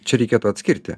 čia reikėtų atskirti